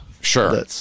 Sure